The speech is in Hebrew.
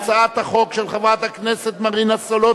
אני קובע שהצעת החוק של חברי הכנסת אורלב